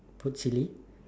put chili